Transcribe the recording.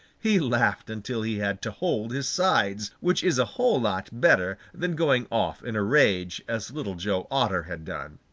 he laughed until he had to hold his sides, which is a whole lot better than going off in a rage as little joe otter had done.